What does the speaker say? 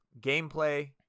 gameplay